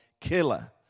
killer